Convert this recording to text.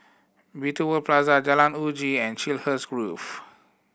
Beauty World Plaza Jalan Uji and Chiselhurst Grove